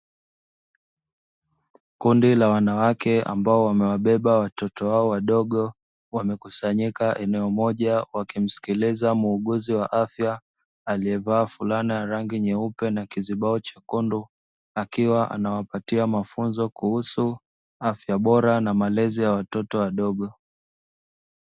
Kundi la wanawake ambao wamewabeba watoto wao wadogo wamekusanyika eneo moja wakimsikiliza muuguzi wa afya aliye vaa furana ya rangi nyeupe na kizibao cha rangi chekundu akiwa anawapatia mafunzo kuhusu afya bora namalezi ya watoto wadogo.